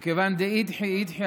וכיוון דאידחי אידחי,